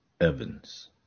Evans